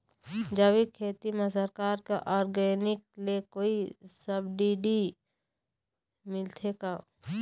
जैविक खेती म सरकार के ऑर्गेनिक ले कोई सब्सिडी मिलथे का?